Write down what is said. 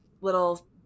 little